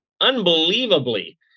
unbelievably